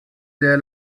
sehr